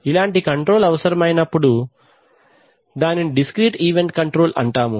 ఇలాంటి కంట్రోల్ అవసరమైనప్పుడు దానిని డిస్క్రీట్ ఈవెంట్ కంట్రోల్ అంటాము